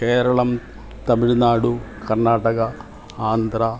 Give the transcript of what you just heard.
Keralam Tamil Nadu Karnataka Andhra